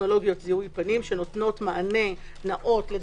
טכנולוגיות זיהוי פנים שנותנות מענה נאות.